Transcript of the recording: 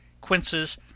quinces